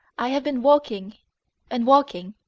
i have been walking and walking,